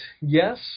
yes